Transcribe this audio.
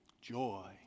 joy